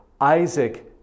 Isaac